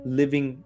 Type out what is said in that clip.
living